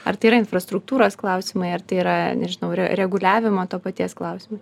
ar tai yra infrastruktūros klausimai ar tai yra nežinau reguliavimo to paties klausimai